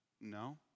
No